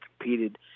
competed